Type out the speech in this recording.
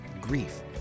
grief